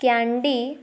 candy